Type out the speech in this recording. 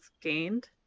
gained